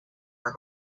are